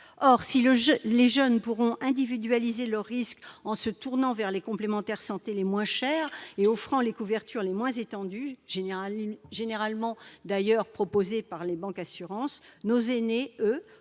Or, si les jeunes pourront individualiser leurs risques en se tournant vers les complémentaires santé les moins chères et offrant les couvertures les moins étendues, généralement proposées par les « bancassurances », nos aînés, eux,